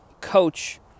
coach